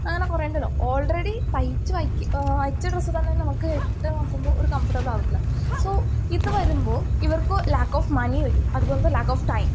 അങ്ങനെ കുറേയുണ്ടല്ലോ ഓൾറെഡി തയ്ച്ചു വെക്കുക വെച്ച ഡ്രസ്സ് തന്നെ നമുക്ക് ഇട്ട് നോക്കുമ്പോൾ ഒരു കംഫർട്ടബിൾ ആകത്തില്ല സോ ഇതു വരുമ്പോൾ ഇവർക്ക് ലാക്ക് ഓഫ് മണി വരും അതുപോലത്തെ ലാക്ക് ഓഫ് ടൈം